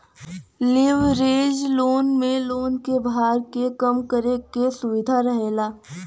leverage loan में loan क भार के कम करे क सुविधा रहेला